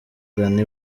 danny